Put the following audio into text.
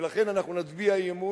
ולכן אנחנו נצביע אי-אמון,